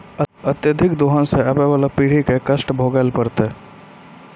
अत्यधिक दोहन सें आबय वाला पीढ़ी क कष्ट भोगै ल पड़तै